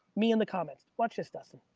me in the comments. watch this dustin.